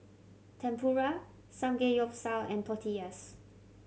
Tempura Samgeyopsal and Tortillas